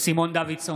סימון דוידסון,